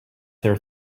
there